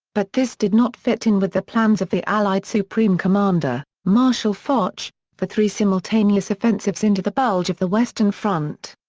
but this did not fit in with the plans of the allied supreme commander, marshal foch, foch, for three simultaneous offensives into the bulge of the western front.